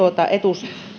etuus